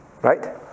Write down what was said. Right